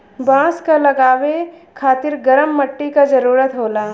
बांस क लगावे खातिर गरम मट्टी क जरूरत होला